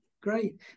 great